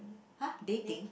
!huh! dating